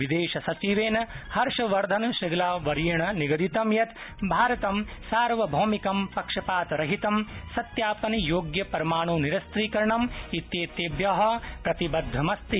विदेश सचिवेन हर्षवर्धन श्रृंगला वर्येण निगदितं यत् भारतं सार्वभौमिक पक्षपात रहितं सत्यापन योग्यपरमाणु निरस्त्रीकरणं इत्येतेभ्य प्रतिबद्धमस्ति